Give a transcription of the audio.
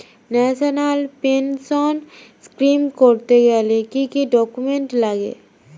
National pension scheme করতে গেলে কি কি ডকুমেন্ট লাগে?